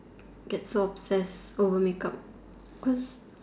get so obsessed over makeup cause